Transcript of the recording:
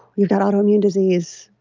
you've got autoimmune disease.